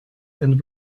and